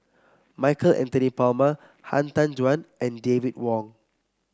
Michael Anthony Palmer Han Tan Juan and David Wong